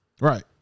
Right